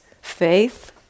faith